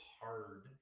hard